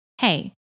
Hey